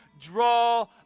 draw